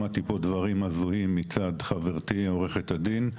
שמעתי פה דברים הזויים מצד חברתי עורכת הדין.